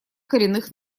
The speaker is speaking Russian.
коренных